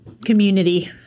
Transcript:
Community